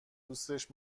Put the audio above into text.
دوستش